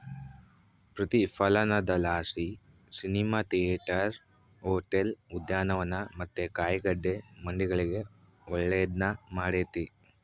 ಪ್ರತಿಫಲನದಲಾಸಿ cinema theatre, hotel, ಉದ್ಯಾನವನ ಮತ್ತೆ ಕಾಯಿಗಡ್ಡೆ ಮಂಡಿಗಳಿಗೆ ಒಳ್ಳೆದ್ನ ಮಾಡೆತೆ